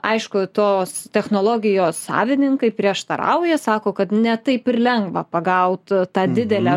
aišku tos technologijos savininkai prieštarauja sako kad ne taip ir lengva pagaut tą didelę